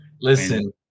Listen